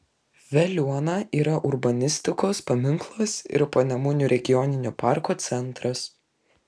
veliuona yra urbanistikos paminklas ir panemunių regioninio parko centras